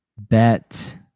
bet